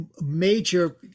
major